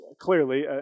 clearly